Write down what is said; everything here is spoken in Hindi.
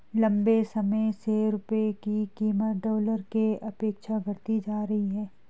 लंबे समय से रुपये की कीमत डॉलर के अपेक्षा घटती जा रही है